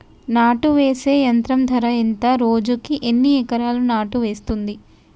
నాటు వేసే యంత్రం ధర ఎంత రోజుకి ఎన్ని ఎకరాలు నాటు వేస్తుంది?